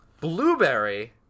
blueberry